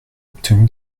obtenu